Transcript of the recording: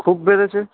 খুব বেড়েছে